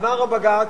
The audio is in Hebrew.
אמר הבג"ץ: